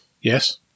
Yes